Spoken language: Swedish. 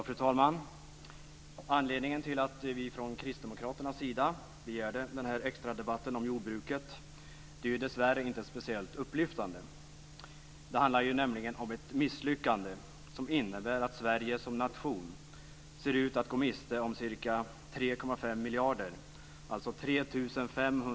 Fru talman! Anledningen till att vi från Kristdemokraternas sida begärde denna extradebatt om jordbruket är dessvärre inte speciellt upplyftande. Det handlar nämligen om ett misslyckande som innebär att Sverige som nation ser ut att gå miste om ca 3,5 EU-kassan.